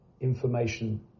information